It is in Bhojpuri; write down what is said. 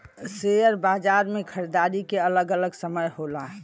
सेअर बाजार मे खरीदारी के अलग अलग समय होला